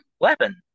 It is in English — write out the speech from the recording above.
weapon